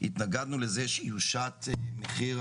שיוצר מנגנון של שיפוי לעובד בגין ימי בידוד שביצע עבורו או עבור ילדו,